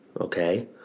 okay